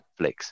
netflix